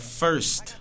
first